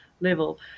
level